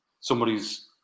somebody's